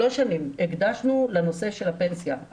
שלוש שנים הקדשנו לנושא של הפנסיה.